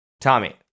Tommy